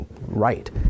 right